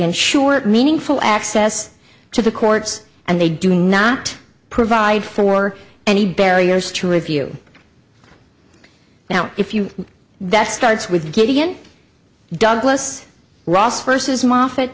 ensure meaningful access to the courts and they do not provide for any barriers to review now if you that starts with gideon douglas ross versus moffitt